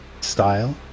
style